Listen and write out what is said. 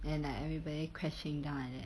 and like everybody crashing down like that